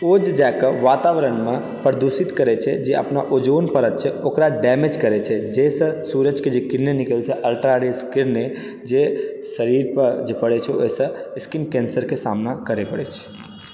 ओ जे जाकऽ वातावरणमे प्रदूषित करै छै जे अपना ओजोन परत छै ओकरा डैमेज करै छै जाहिसँ जे सुरजके जे किरण निकलै छै अल्ट्रा रेज किरणे जे शरीरपर जे पड़ै छै ओहिसँ स्किन कैन्सरकेँ सामना करै पड़ै छै